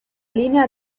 linea